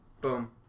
boom